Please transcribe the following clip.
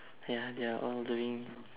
they are they are all doing